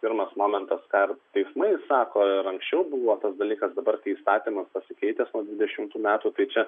pirmas momentas ką ir teismai sako ir anksčiau buvo tas dalykas dabar kai įstatymas pasikeitęs nuo dvidešimtų metų tai čia